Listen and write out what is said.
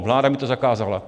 Vláda mi to zakázala.